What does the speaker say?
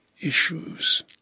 issues